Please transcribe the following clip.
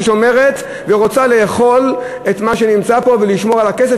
שומרת ורוצה לאכול את מה שנמצא פה ולשמור על הכסף,